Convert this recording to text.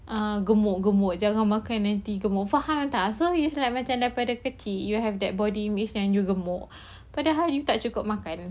uh gemuk gemuk jangan makan nanti gemuk faham tak so it's like macam daripada kecil you have that body yang gemuk but then padahal you tak cukup makan